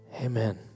Amen